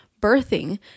birthing